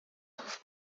trouve